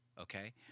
Okay